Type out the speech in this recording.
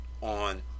on